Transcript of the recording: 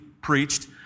preached